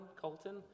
Colton